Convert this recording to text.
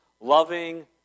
loving